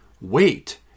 Wait